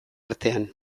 artean